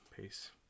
Peace